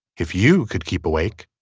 if you could keep awake.